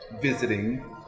visiting